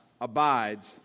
abides